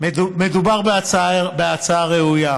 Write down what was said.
מדובר בהצעה ראויה,